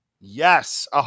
Yes